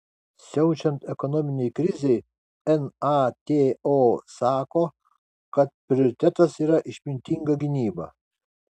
siaučiant ekonominei krizei nato sako kad prioritetas yra išmintinga gynyba